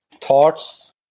thoughts